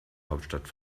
hauptstadt